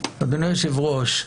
אדוני היושב-ראש,